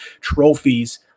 trophies